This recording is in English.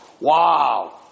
wow